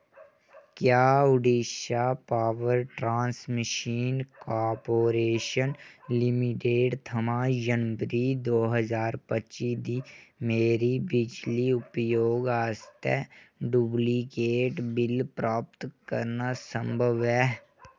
क्या Odisha power transmission corporation limited थमां जनबरी दो ज्हार पच्ची दी मेरी बिजली उपयोग आस्तै डुप्लीकेट बिल प्राप्त करना संभव ऐ